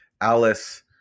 Alice